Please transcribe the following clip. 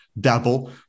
dabble